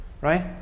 right